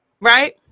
Right